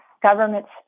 governments